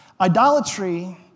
Idolatry